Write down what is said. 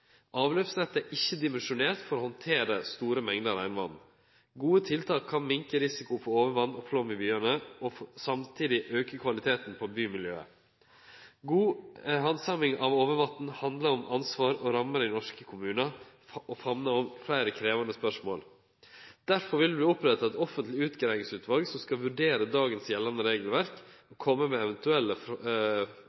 Avløpsnettet er ikkje dimensjonert for å handtere store mengder regnvatn. Gode tiltak kan minske risikoen for overvatn, flaum i byane og samtidig auke kvaliteten på bymiljøet. God handsaming av overvatn handlar om ansvar og rammer i norske kommunar, og famnar om fleire krevjande spørsmål. Derfor vil vi opprette eit offentleg utgreiingsutval som skal vurdere